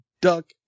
duck